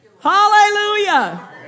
Hallelujah